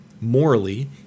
morally